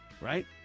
right